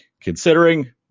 considering